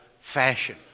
fashion